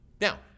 Now